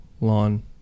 Lawn